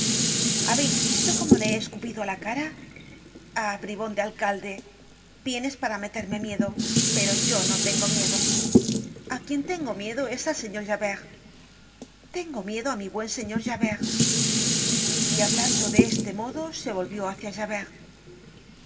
habeis visto cómo le he escupido á la cara ah bribon de alcalde vienes para meterme miedo pero yo no tengo miedo a quien tengo miedo es al señor javert tengo miedo á mf buen señor javert y hablando de este modo se volvió hácia javert es